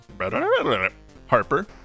Harper